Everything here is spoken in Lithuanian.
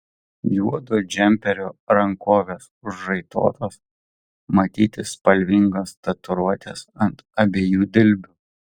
juodo džemperio rankovės užraitotos matyti spalvingos tatuiruotės ant abiejų dilbių